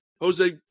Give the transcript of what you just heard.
Jose